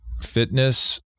fitness